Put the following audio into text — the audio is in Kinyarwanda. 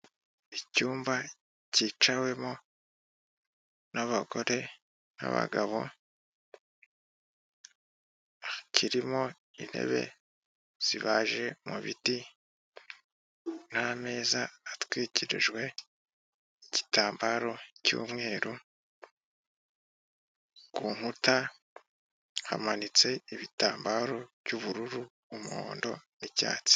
icyumba cyicawemo n’ abagore n’abagabo, kirimo intebe zibaje mu ibiti n’ameza atwikirijwe igitambaro cy'umweru. Kurukuta hamanitse igitambaro cy'ubururu, umuhondo n’ icyatsi.